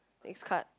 next card